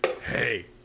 Hey